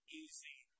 easy